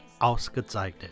ausgezeichnet